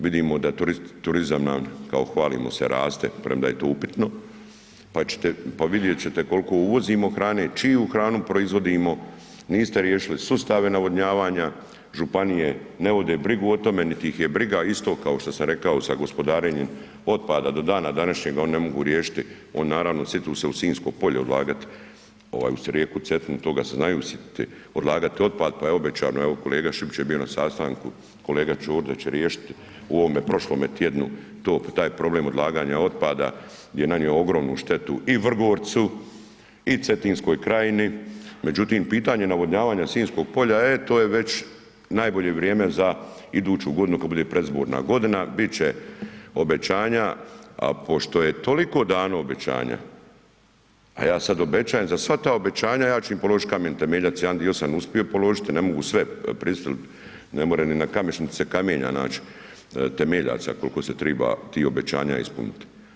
Vidimo da turizam nam, kao hvalimo se, raste, premda je to upitno pa ćete, pa vidjet ćete koliko uvozimo hrane, čiju hranu proizvodimo, niste riješili sustave navodnjavanja, županije ne vode brigu o tome niti ih je briga, isto kao što sam rekao sa gospodarenjem otpada do dana današnjega oni ne mogu riješiti oni naravno sjete se u Sinjsko polje odlagati uz rijeku Cetinu, toga se znaju sjetiti odlagati otpad, pa je obećano, evo kolega Šipić je bi na sastanku, kolega ... će riješiti u ovom prošlome tjednu taj problem odlaganja otpada gdje je nanio ogromnu štetu i Vrgorcu i Cetinskoj krajini, međutim pitanje navodnjavanja Sinjskog polja, e to je već najbolje vrijeme za iduću godinu kad bude predizborna godina, bit će obećanja, a pošto je toliko dano obećanja, a ja sam obećanjem, za sva ta obećanja, ja ću im položiti kamen temeljac, jedan dio sam uspio položiti, ne mogu sve, ne može ni na Kamešnici kamenja naći temeljaca koliko se treba tih obećanja ispuniti.